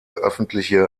öffentliche